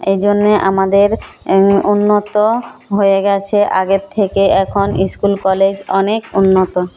এজন্যে আমাদের উন্নত হয়ে গেছে আগের থেকে এখন স্কুল কলেজ অনেক উন্নত